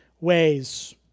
ways